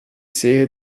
sehe